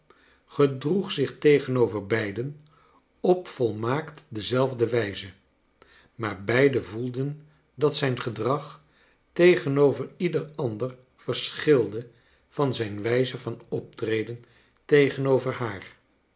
gedroeg zich tegenover beiden op volmaakt dezelfde wijze maar beiden voelden dat zijn gedrag tegenover ieder ander verschilde van zijn wijze van optreden tegenover haar